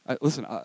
Listen